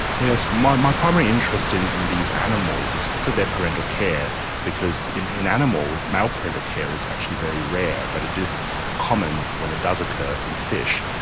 yes, my my primary interest in in these animals is to their parental care because in in animals, male parental care is actually very rare but it is common, when it does occur, in fish.